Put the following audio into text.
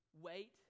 wait